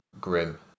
grim